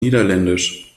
niederländisch